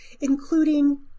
including